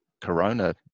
corona